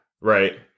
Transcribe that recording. right